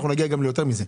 אנחנו נגיע גם ליותר מזה,